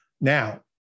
Now